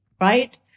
Right